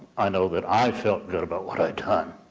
i know that i felt good about what i'd done